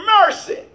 mercy